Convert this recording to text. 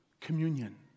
communion